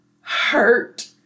hurt